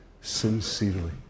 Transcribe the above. sincerely